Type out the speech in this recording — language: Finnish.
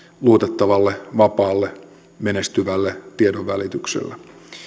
luotettavalle vapaalle ja menestyvälle tiedonvälitykselle